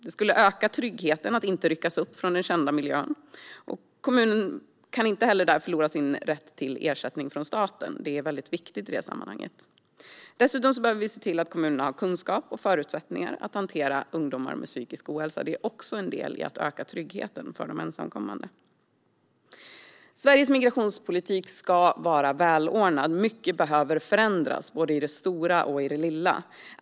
Det skulle öka tryggheten att inte ryckas upp från den kända miljön. Kommunen kan inte heller förlora sin rätt till ersättning från staten. Det är väldigt viktigt i det sammanhanget. Dessutom behöver vi se till att kommunerna har kunskap och förutsättningar att hantera ungdomar med psykisk ohälsa. Det är också en del i att öka tryggheten för de ensamkommande. Sveriges migrationspolitik ska vara välordnad. Mycket behöver förändras både i det stora och i det lilla.